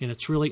and it's really